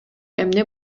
эмне